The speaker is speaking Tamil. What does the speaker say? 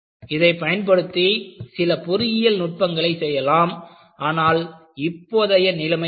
இதை பயன்படுத்தி சில பொறியியல் நுட்பங்களை செய்யலாம் ஆனால் இப்போதைய நிலைமை என்ன